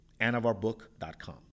Anavarbook.com